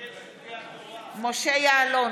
משה יעלון,